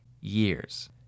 years